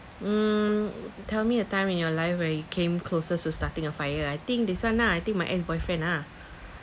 mm tell me a time in your life where you came closest to starting a fire I think this one lah I think my ex-boyfriend lah